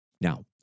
Now